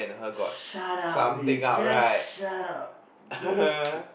shut up dude just shut up K